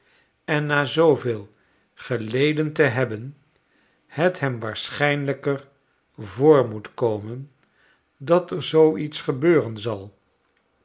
en na zooveel geleden te hebben het hem waarschijnlijker voor moet komen dat er zoo iets gebeuren zal